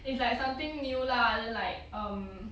it's like something new lah then like um